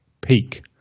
peak